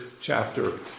chapter